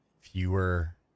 fewer